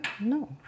No